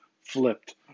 flipped